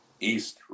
east